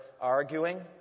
arguing